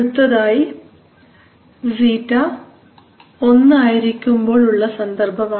അടുത്തതായി ξ 1 ആയിരിക്കുമ്പോൾ ഉള്ള സന്ദർഭമാണ്